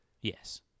Yes